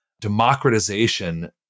democratization